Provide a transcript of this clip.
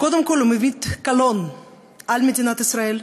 וקודם כול, הוא מביא קלון על מדינת ישראל,